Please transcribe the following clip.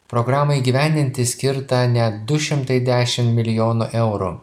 programai įgyvendinti skirta ne du šimtai dešim milijonų eurų